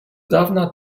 dawna